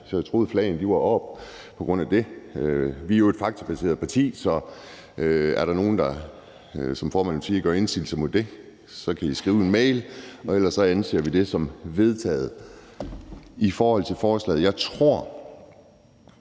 så jeg troede, at flagene var oppe på grund af det. Vi er jo et faktabaseret parti, så er der nogen, der, som formanden ville sige, gør indsigelse mod det, kan de skrive en mail, men ellers anser vi det for vedtaget. I forhold til forslaget vil jeg